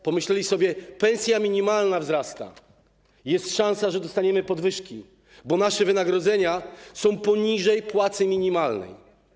Pomyśleli sobie: pensja minimalna wzrasta, jest szansa, że dostaniemy podwyżki, bo nasze wynagrodzenia są poniżej płacy minimalnej.